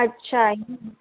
अच्छा ईं